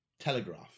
Telegraph